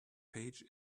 page